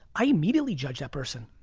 i immediately judge that person.